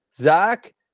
Zach